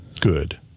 good